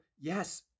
yes